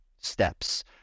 steps